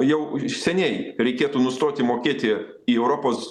jau seniai reikėtų nustoti mokėti į europos